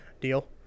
Deal